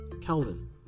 Calvin